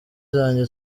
zanjye